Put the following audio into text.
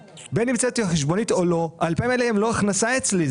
בין אם הוצאתי לו חשבונית או לא ה-2,000 האלה הם לא הכנסה אצלי,